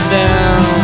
down